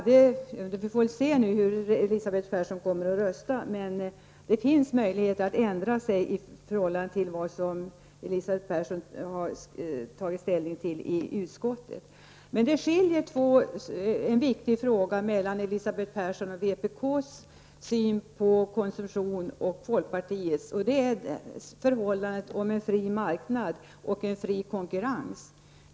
Det återstår bara att se hur hon kommer att rösta. Men det finns fortfarande en möjlighet för Elisabeth Persson att ändra sig. Jag tänker då på ställningstagandet i utskottet. I en viktig fråga kan man se en skiljelinje. Det gäller då å ena sidan Elisa beth Perssons och vpk:s och å andra sidan folkpartiets syn på konsumtionen — detta med en fri marknad och fri konkurrens.